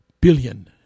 billion